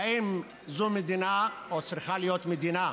האם זו מדינה, או צריכה להיות מדינה,